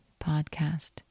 podcast